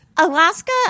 Alaska